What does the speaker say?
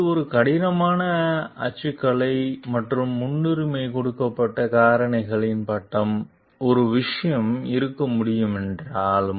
இது ஒரு கடினமான அச்சுக்கலை மற்றும் முன்னுரிமை கொடுக்கப்பட்ட காரணிகள் பட்டம் ஒரு விஷயம் இருக்க முடியும் என்றாலும்